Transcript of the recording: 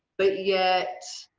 but yet,